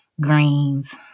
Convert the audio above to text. greens